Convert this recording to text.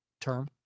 term